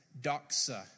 doxa